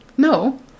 No